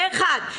זה אחד.